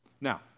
Now